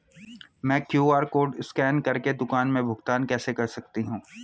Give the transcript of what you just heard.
मैं QR code scan कर के दुकान में भुगतान कैसे कर सकती हूँ?